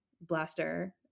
Blaster